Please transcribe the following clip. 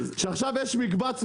שעכשיו יש מקבץ,